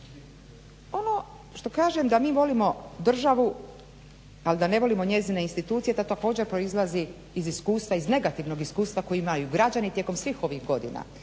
Ono što kažem da mi volimo državu a da ne volimo njezine institucije, to također proizlazi iz iskustva, iz negativnog iskustva koji imaju građani tijekom svih ovih godina,